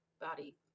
body